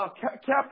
Captain